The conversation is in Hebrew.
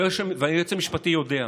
והיועץ המשפטי יודע.